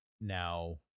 now